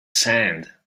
sand